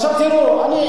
עכשיו תראו, אני,